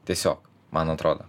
tiesiog man atrodo